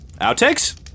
Outtakes